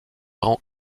rend